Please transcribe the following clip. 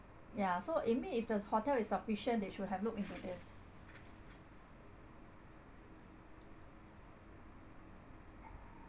ya so even if the hotel is sufficient they should have looked with this